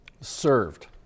served